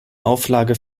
auflage